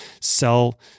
sell